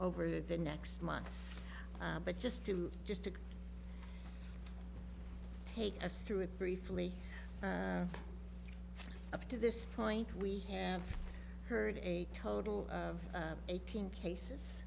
over the next months but just to just to take us through it briefly up to this point we have heard a total of eighteen cases